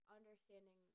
understanding